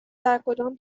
درکدام